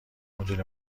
مدل